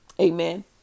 Amen